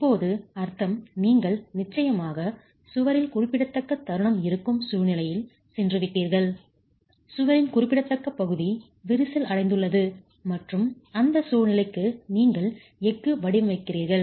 இப்போது அர்த்தம் நீங்கள் நிச்சயமாக சுவரில் குறிப்பிடத்தக்க தருணம் இருக்கும் சூழ்நிலையில் சென்றுவிட்டீர்கள் சுவரின் குறிப்பிடத்தக்க பகுதி விரிசல் அடைந்துள்ளது மற்றும் அந்த சூழ்நிலைக்கு நீங்கள் எஃகு வடிவமைக்கிறீர்கள்